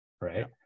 right